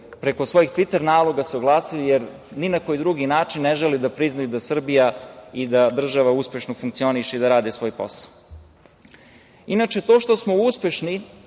preko svojih tviter naloga se oglasili, jer ni na koji drugi način ne žele da priznaju da Srbija i da država uspešno funkcioniše i da radi svoj posao. To što smo uspešni,